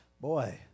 boy